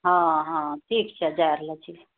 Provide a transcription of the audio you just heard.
हँ हँ ठीक छै जाए रहल छी